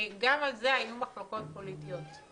גם על זה היו מחלוקות פוליטיות.